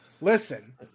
Listen